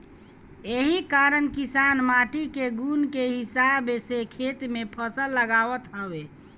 एही कारण किसान माटी के गुण के हिसाब से खेत में फसल लगावत हवे